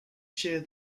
share